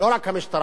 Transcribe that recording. גם השב"כ,